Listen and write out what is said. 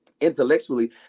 intellectually